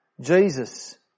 Jesus